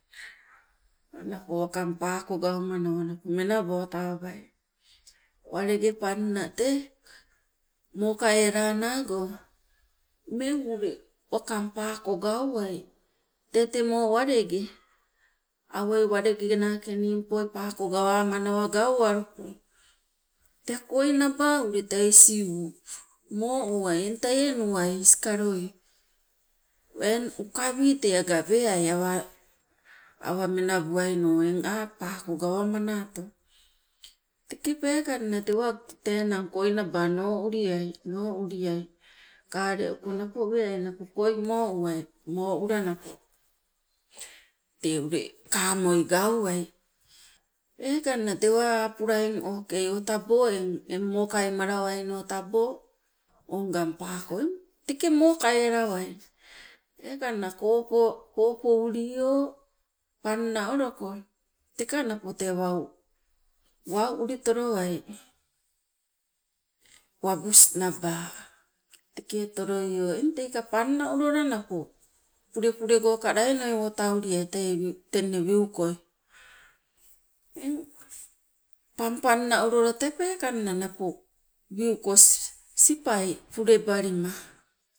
Napo waking paako gaumanawa menabo tawabai. Walenge panna tee mokai alanago ummeng ule wakang paako gauwai, tee temo walenge awoi walengenake ningpoi paako gawamanawa gauwaluko, tee koi naba ule tee isi u moo uwai eng teie nuwai iskaloi weng ukawi te aga weai awa menabuai no eng aa paako gawamanato. Teke peekanna tee enang koi naba nouliai, nouliai kaleoko napo weai napo koi mouwai, moula napo tei ule kamoi gauwai. Peekanna tewa apula okei o taabo eng o mokai malawaino taabo o ngang paako eng teke mokai alawai, peekanna kopo kopoulio panna oloko napo tee wau wau ulitolowai wabus naba teke otoloio eng teika panna olola napo pulepule goka laini tauliai tei wiu- tenne wuikoi. Eng pangpanna olola peekanna napo wuiko sipai pulebalima.